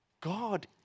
God